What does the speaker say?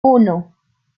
uno